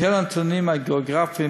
בשל הנתונים הגיאוגרפיים,